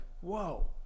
whoa